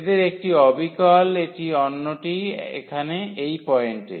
এদের একটি অবিকল এটি অন্যটি এখানে এই পয়েন্টে